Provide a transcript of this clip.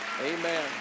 Amen